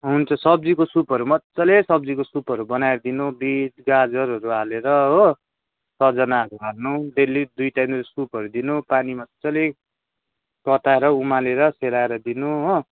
हुन्छ सब्जीको सुपहरू मज्जाले सब्जीको सुपहरू बनाएर दिनु बिट गाजरहरू हालेर हो सजनाहरू हाल्नु डेली दुई टाइम जस्तो सुपहरू दिनु पानी मज्जाले तताएर उमालेर सेलाएर दिनु हो